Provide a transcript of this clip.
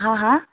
হা হা